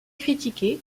critiquée